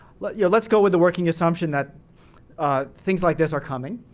like yeah let's go with the working assumption that things like this are coming,